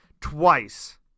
twice